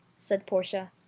said portia,